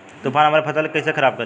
तूफान हमरे फसल के कइसे खराब करी?